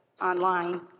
online